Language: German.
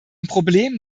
problemen